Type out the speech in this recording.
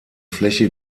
fläche